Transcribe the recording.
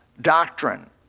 doctrine